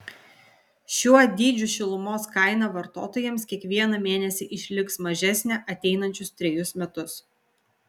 šiuo dydžiu šilumos kaina vartotojams kiekvieną mėnesį išliks mažesnė ateinančius trejus metus